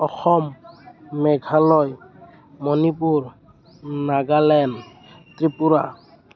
Assam Meghalaya Manipur Nagaland Tripura